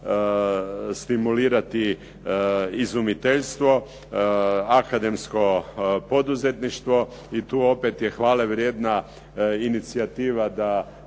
stimulirati izumiteljstvo, akademsko poduzetništvo i tu opet je hvale vrijedna inicijativa da